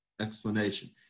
explanation